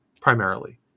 primarily